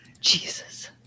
Jesus